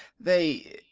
they.